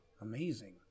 Amazing